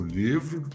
livro